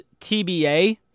TBA